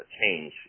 change